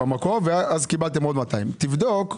ואז קיבלתם עוד 200. תבדוק.